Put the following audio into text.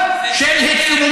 שקר, זה שקר.